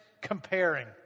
comparing